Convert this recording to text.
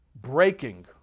breaking